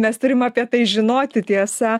nes turim apie tai žinoti tiesa